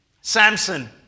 Samson